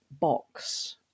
box